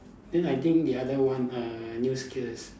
then I think the other one err new skills